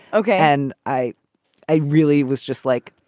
okay. and i i really was just like,